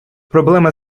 проблема